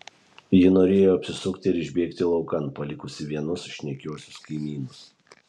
ji norėjo apsisukti ir išbėgti laukan palikusi vienus šnekiuosius kaimynus